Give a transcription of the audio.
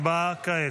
הצבעה כעת.